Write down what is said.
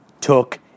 took